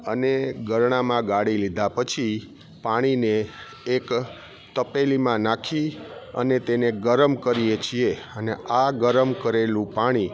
અને ગરણામાં ગાળી લીધા પછી પાણીને એક તપેલીમાં નાખી અને તેને ગરમ કરીએ છીએ અને આ ગરમ કરેલું પાણી